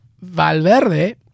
Valverde